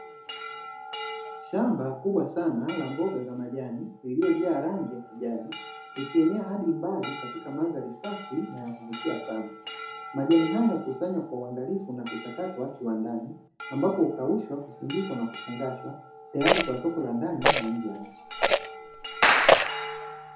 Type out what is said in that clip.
Shamba kubwa sana la mboga za majani lililojaa rangi ya kijani ikienea hadi katika mandhari safi na ya kuvutia sana, majani hayo hukusanywa kwa uangalifu na kuchakatwa kiwandani, ambapo hukaushwa, kusindikwa na kufungashwa tayari kwa soko la ndani na nje ya nchi.